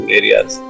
areas